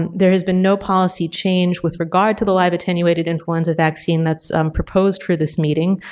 and there has been no policy change with regard to the live attenuated influenza vaccine that's proposed for this meeting.